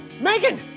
Megan